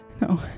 no